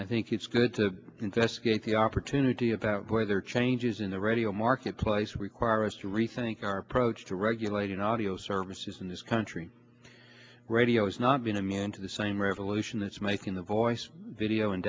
i think it's good to investigate the opportunity about whether changes in the radio marketplace require us to rethink our approach to regulating audio services in this country radio has not been immune to the same revolution that's making the voice video and